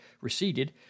receded